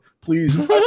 please